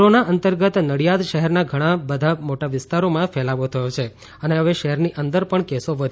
corona અંતર્ગત નડિયાદ શહેરના ઘણા બધા મોટા વિસ્તારોમાં ફેલાવો થયો છે અને હવે શહેરની અંદર પણ કેસો વધ્યાં તા